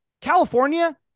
california